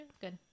good